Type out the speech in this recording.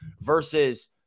versus –